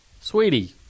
sweetie